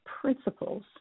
principles